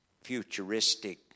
futuristic